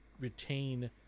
retain